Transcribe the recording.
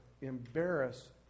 embarrass